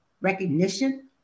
recognition